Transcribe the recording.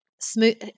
smooth